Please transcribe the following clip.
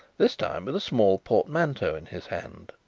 this time with a small portmanteau in his hand.